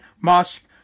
Musk